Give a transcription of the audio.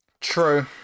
True